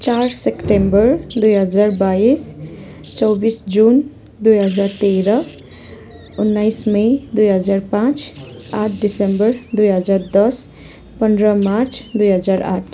चार सेप्टेम्बर दुई हजार बाइस चौबिस जुन दुई हजार तेह्र उन्नाइस मे दुई हजार पाँच आठ दिसम्बर दुई हजार दस पन्ध्र मार्च दुई हजार आठ